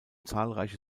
zahlreiche